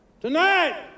Tonight